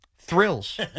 thrills